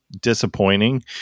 disappointing